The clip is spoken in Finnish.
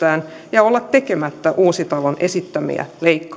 ja olla tekemättä uusitalon esittämiä